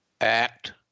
act